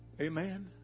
Amen